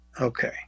Okay